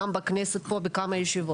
גם בכנסת פה בכמה ישיבות.